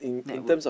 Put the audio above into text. network